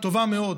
היא טובה מאוד.